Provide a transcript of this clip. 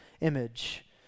image